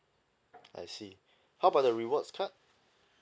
I see how about the rewards card